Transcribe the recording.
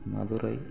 Madurai